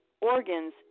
organs